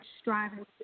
striving